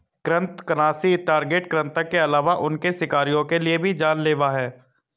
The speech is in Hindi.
कृन्तकनाशी टारगेट कृतंक के अलावा उनके शिकारियों के लिए भी जान लेवा हैं